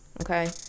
Okay